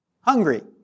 hungry